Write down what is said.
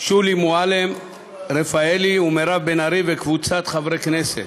שולי מועלם-רפאלי ומירב בן ארי וקבוצת חברי הכנסת.